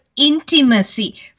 intimacy